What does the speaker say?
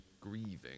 grieving